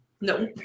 No